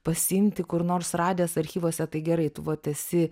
pasiimti kur nors radęs archyvuose tai gerai tu vat esi